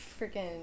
freaking